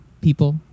people